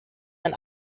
ein